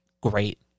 great